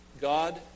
God